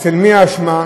אצל מי האשמה.